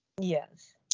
Yes